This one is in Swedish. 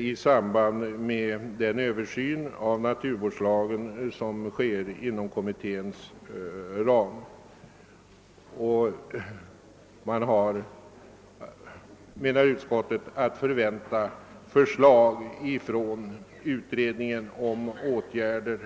i samband med den översyn av naturvårdslagen som sker inom ramen för dess arbete. Förslag om åtgärder i detta avseende kan därför förväntas från utredningen. Herr talman!